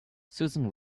susan